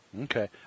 Okay